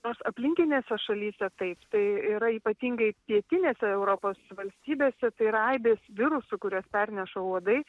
nors aplinkinėse šalyse taip tai yra ypatingai pietinėse europos valstybėse tai yra aibės virusų kuriuos perneša uodai